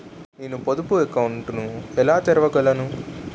నేను పొదుపు అకౌంట్ను ఎలా తెరవగలను?